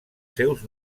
seus